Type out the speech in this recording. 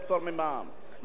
לא אמרתי על דברים,